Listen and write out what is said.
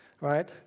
right